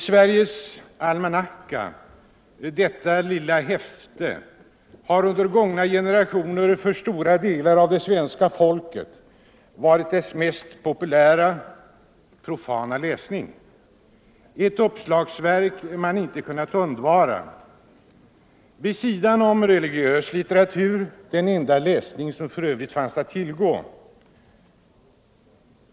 Sveriges almanacka — detta lilla häfte.— har under gångna generationer för stora delar av det svenska folket varit dess mest populära profana läsning, ett uppslagsverk man inte kunnat undvara. Den var vid sidan om religiös litteratur den enda läsning som fanns att tillgå.